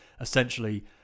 essentially